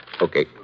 Okay